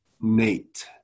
Nate